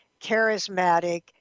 charismatic